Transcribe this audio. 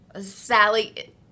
sally